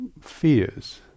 fears